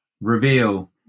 Reveal